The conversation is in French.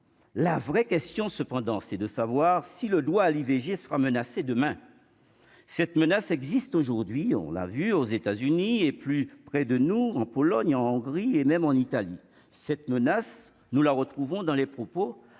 la vraie question, cependant, c'est de savoir si le droit à l'IVG sera menacé demain cette menace existe aujourd'hui, on l'a vu aux États-Unis et plus près de nous, en Pologne, en Hongrie, et même en Italie, cette menace, nous la retrouvons dans les propos actuels